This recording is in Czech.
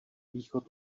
východ